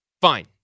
fine